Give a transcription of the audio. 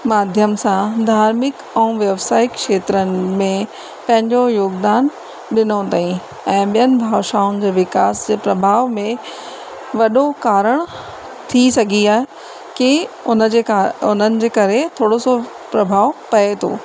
माध्यम सां धार्मिक ऐं व्यवसायिक खेत्रनि में पंहिंजो योगदान ॾिनो अथई ऐं ॿियनि भाषाउनि जे विकास जे प्रभाव में वॾो कारण थी सघी आहे की उन जे का उन्हनि जे करे थोरो सो प्रभाव पए थो